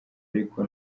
ariko